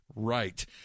Right